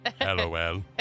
LOL